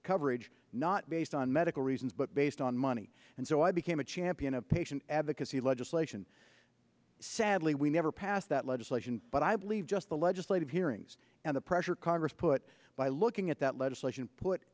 coverage not based on medical reasons but based on money and so i became a champion of patient advocacy legislation sadly we never pass that legislation but i believe just the legislative hearings and the pressure congress put by looking at that legislation put